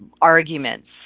arguments